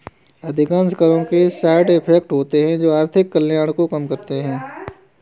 अधिकांश करों के साइड इफेक्ट होते हैं जो आर्थिक कल्याण को कम करते हैं